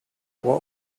what